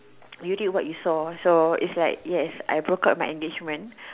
you did what you saw so is like yes I broke up with my engagement